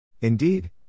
Indeed